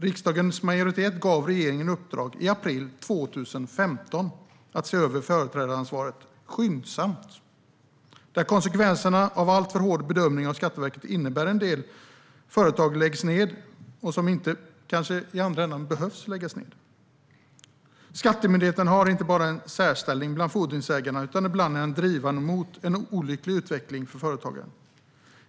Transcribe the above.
Riksdagens majoritet gav regeringen i uppdrag i april 2015 att skyndsamt se över företrädaransvaret. Konsekvenserna av en alltför hård bedömning av Skatteverket är att en del företag läggs ned som kanske inte skulle behöva läggas ned. Skattemyndigheten har inte bara en särställning bland fordringsägarna utan är ibland också drivande mot en olycklig utveckling för företagen.